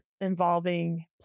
involving